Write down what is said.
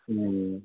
ꯎꯝ